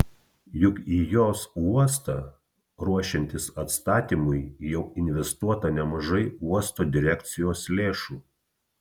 juk į jos uostą ruošiantis atstatymui jau investuota nemažai uosto direkcijos lėšų